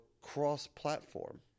cross-platform